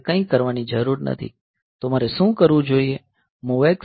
મારે કંઈ કરવાની જરૂર નથી તો મારે શું કરવું જોઈએ